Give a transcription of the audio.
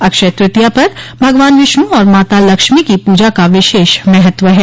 अक्षय तृतीया पर भगवान विष्णु और माता लक्ष्मी की पूजा का विशेष महत्व है